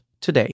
today